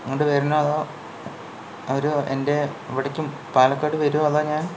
അങ്ങട് വരണോ അതോ അവര് എൻ്റെ ഇവിടേക്കും പാലക്കാട് വരുവോ അതോ ഞാൻ